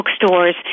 bookstores